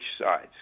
sides